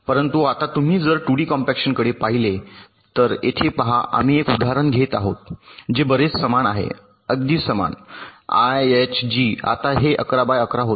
परंतु आता तुम्ही जर 2 डी कॉम्पॅक्शनकडे पाहिले तर येथे पहा आम्ही एक उदाहरण घेत आहोत जे बरेच समान आहे अगदी समान आय एच जी आता हे 11 बाय 11 होते